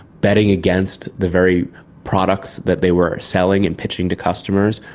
betting against the very products that they were selling and pitching to customers,